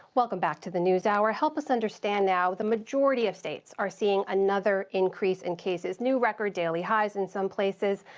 welcome back to the newshour. help us understand now. the majority of states are seeing another increase in cases, new record daily highs in some places.